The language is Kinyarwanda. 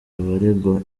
abaregwa